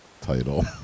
title